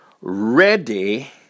ready